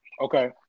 Okay